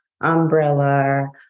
umbrella